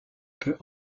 peut